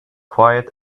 quiet